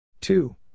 Two